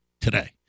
today